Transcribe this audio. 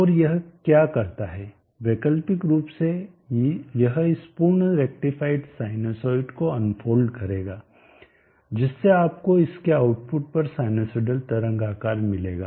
और यह क्या करता है वैकल्पिक रूप से यह इस पूर्ण रेक्टीफाईड साइनसॉइड को अनफोल्ड करेगा जिससे आपको इसके आउटपुट पर साइनसोइडल तरंग आकार मिलेगा